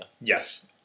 Yes